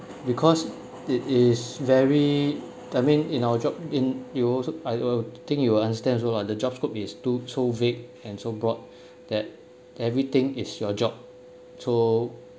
because it is very I mean in our job in you will also I will think you will understand also lah the job scope is too so vague and so broad that everything is your job